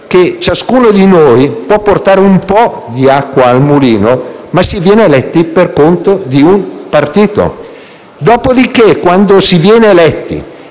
che ciascuno di noi può portare un po' di acqua al mulino, ma si viene eletti per conto di un partito. Dopo di che, quando si viene eletti